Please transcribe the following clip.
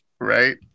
Right